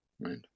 Right